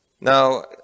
Now